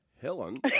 Helen